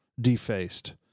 defaced